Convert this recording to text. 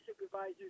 supervisors